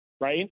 Right